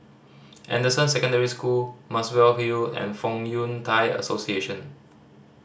Anderson Secondary School Muswell Hill and Fong Yun Thai Association